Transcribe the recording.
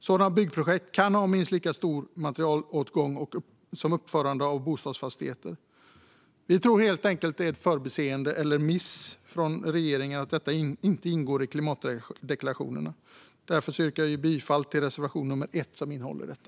Sådana byggprojekt kan ha minst lika stor materialåtgång som uppföranden av bostadsfastigheter. Vi tror helt enkelt att det är ett förbiseende eller en miss från regeringen att detta inte ingår i klimatdeklarationen. Därför yrkar jag bifall till reservation nummer 1, som innehåller detta.